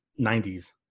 90s